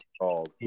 called